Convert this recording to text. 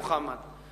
מוחמד.